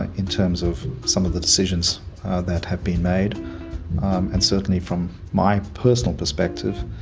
in terms of some of the decisions that have been made and certainly from my personal perspective